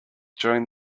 during